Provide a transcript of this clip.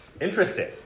interesting